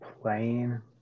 playing